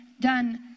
done